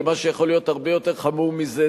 ומה שיכול להיות הרבה יותר חמור מזה,